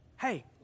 Hey